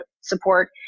support